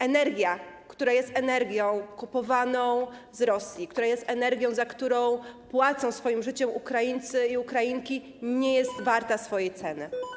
Energia, która jest energią kupowaną z Rosji, która jest energią, za którą płacą swoim życiem Ukraińcy i Ukrainki, nie jest warta swojej ceny.